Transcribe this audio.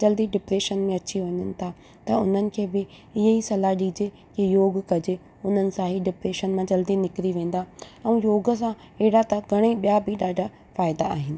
जल्दी डिप्रेशन में अची वञनि था त उन्हनि खे बि इहे ई सलाह ॾिजे त योग कजे उन्हनि सां ई डिप्रेशन मां जल्दी निकिरी वेंदा ऐं योग सां अहिड़ा त घणेई ॿियां बि ॾाढा फ़ाइदा आहिनि